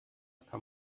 kann